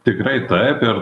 tikrai taip ir